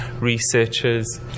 researchers